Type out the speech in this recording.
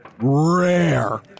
rare